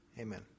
Amen